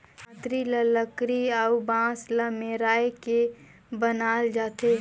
दँतरी ल लकरी अउ बांस ल मेराए के बनाल जाथे